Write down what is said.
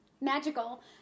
magical